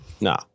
No